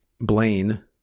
blaine